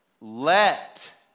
let